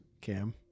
Cam